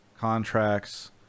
Contracts